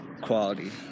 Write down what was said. quality